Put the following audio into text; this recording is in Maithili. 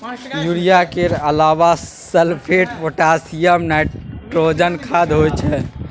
युरिया केर अलाबा सल्फेट, पोटाशियम, नाईट्रोजन खाद होइ छै